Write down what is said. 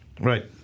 Right